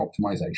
optimization